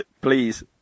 Please